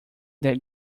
that